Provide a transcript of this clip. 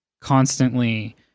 constantly